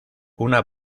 una